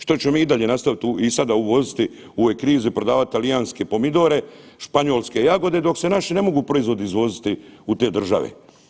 Što će mi i dalje nastaviti i sada uvoziti u ovoj krizi prodavati talijanske pomidore, španjolske jagode dok se naši ne mogu proizvodi izvoziti u te države.